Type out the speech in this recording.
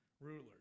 rulers